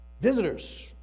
Visitors